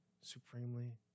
supremely